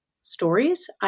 stories